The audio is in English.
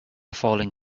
falling